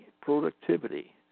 productivity